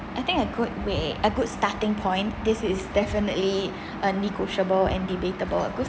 I think a good way a good starting point this is definitely a negotiate and debatable